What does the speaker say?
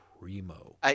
primo